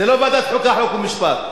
זו לא ועדת החוקה, חוק ומשפט,